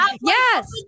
yes